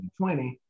2020